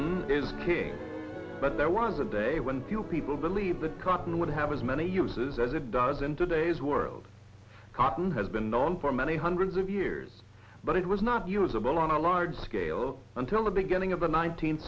caught is king but there was a day when people people believe the cotton would have as many uses as it does in today's world cotton has been known for many hundreds of years but it was not usable on a large scale until the beginning of the nineteenth